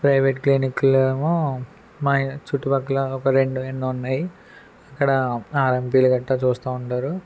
private క్లినిక్లు ఏమో మా చుట్టుపక్కల ఒక రెండు ఎన్నో ఉన్నాయి అక్కడ ఆర్యంపిలు గట్ట చూస్తూ ఉంటారు